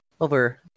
over